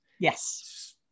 Yes